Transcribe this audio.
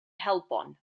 helpon